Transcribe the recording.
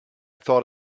thought